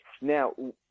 now